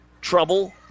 trouble